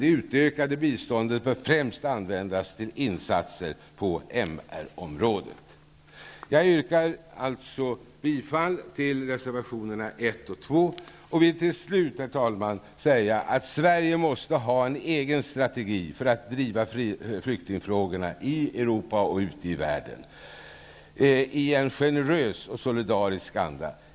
Det utökade biståndet bör användas främst för insatser på MR området. Jag yrkar alltså bifall till reservationerna Jag vill till slut, herr talman, säga att Sverige måste ha en egen strategi för att i en generös och solidarisk anda driva flyktingfrågorna i Europa och ute i världen.